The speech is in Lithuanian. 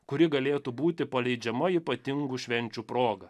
kuri galėtų būti paleidžiama ypatingų švenčių proga